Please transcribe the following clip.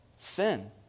sin